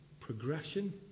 progression